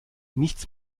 nichts